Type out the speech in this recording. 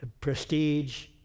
prestige